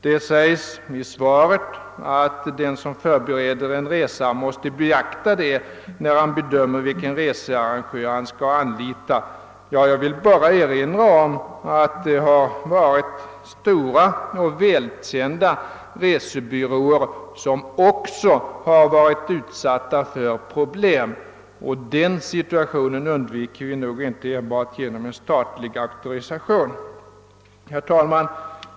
Det sägs också i svaret: »Den som förbereder en resa måste beakta detta när han bedömer vilken researrangör han skall anlita.» Då vill jag bara erinra om att även stora och välkända resebyråer har varit utsatta för svårigheter av detta slag, och en sådan situation undviker vi nog inte med bara statlig auktorisation. Herr talman!